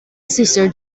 sister